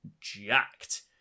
jacked